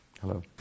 Hello